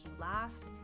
last